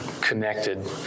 connected